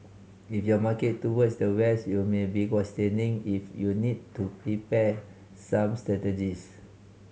if your market towards the West you may be questioning if you need to prepare some strategies